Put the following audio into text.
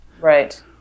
Right